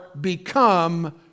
become